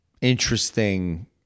interesting